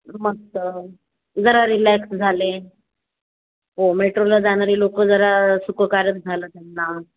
मस्त जरा रीलॅक्स झालं आहे हो मेट्रोला जाणारी लोकं जरा सुखकारक झालं त्यांना